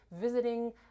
visiting